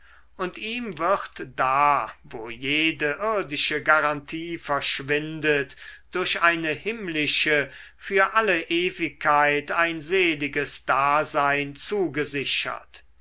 und ihm wird da wo jede irdische garantie verschwindet durch eine himmlische für alle ewigkeit ein seliges dasein zugesichert